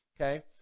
Okay